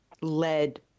led